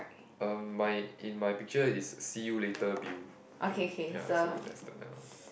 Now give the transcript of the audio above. uh my in my picture is see you later Bill actually ya so that's the